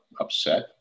upset